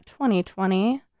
2020